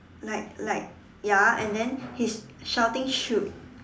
like like ya and then he's shouting shoot